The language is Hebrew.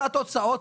זה התוצאות,